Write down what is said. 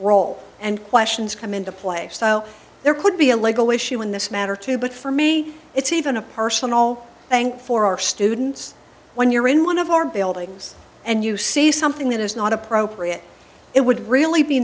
role and questions come into play so there could be a legal issue in this matter too but for me it's even a person all thank for our students when you're in one of our buildings and you see something that is not appropriate it would really be